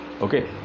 okay